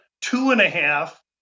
two-and-a-half